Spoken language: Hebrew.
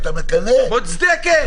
מוצדקת.